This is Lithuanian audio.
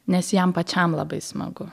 nes jam pačiam labai smagu